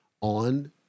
on